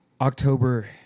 October